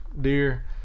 deer